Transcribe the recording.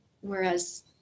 whereas